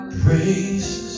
praise